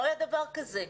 לא היה דבר כזה,